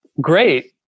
Great